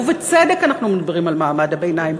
ובצדק אנחנו מדברים על מעמד הביניים,